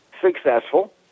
successful